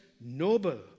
noble